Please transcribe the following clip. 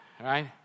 right